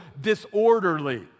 disorderly